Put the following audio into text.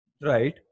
Right